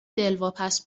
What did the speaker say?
دلواپس